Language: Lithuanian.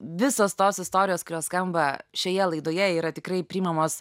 visos tos istorijos kurios skamba šioje laidoje yra tikrai priimamos